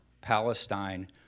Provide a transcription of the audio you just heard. Palestine